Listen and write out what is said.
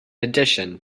addition